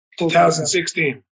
2016